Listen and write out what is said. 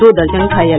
दो दर्जन घायल